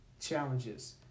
challenges